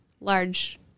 large